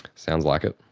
sounds like it.